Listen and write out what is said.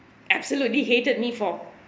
absolutely hated me for